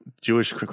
jewish